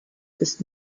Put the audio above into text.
ist